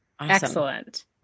Excellent